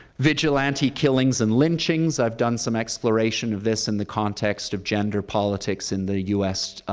vigilante killings and lynchings, i've done some exploration of this in the context of gender politics in the u s.